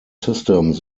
systems